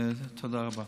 תודה רבה.